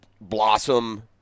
blossom